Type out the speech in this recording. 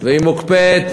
והיא מוקפאת